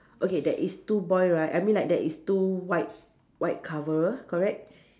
okay there is two boy right I mean like there is two white white cover correct